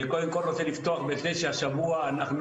קודם כל אני רוצה לפתוח בזה שהשבוע אנחנו